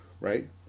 right